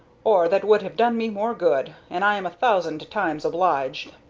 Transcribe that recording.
or that would have done me more good, and i am a thousand times obliged.